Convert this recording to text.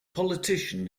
politician